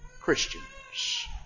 Christians